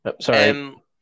Sorry